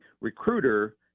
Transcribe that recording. recruiter